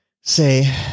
say